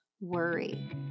worry